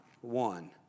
one